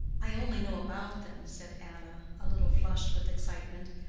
i only knew about them, said anna, a little flushed with excitement,